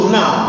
now